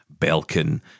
Belkin